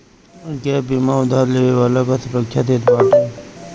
gap बीमा उधार लेवे वाला के सुरक्षा देत बाटे